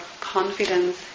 confidence